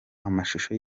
amashusho